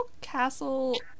castle